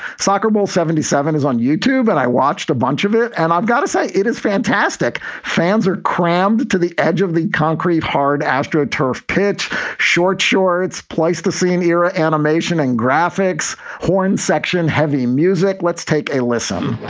soccer bowl seventy seven is on youtube and i watched a bunch of it. and i've got to say, it is fantastic. fans are crammed to the edge of the concrete hard astro turf, pitch short shorts, pleistocene era animation and graphics. horn section, heavy music. let's take a listen